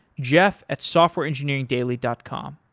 jeff at softwareengineeringdaily dot com.